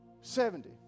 Seventy